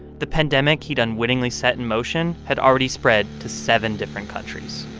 the pandemic he'd unwittingly set in motion had already spread to seven different countries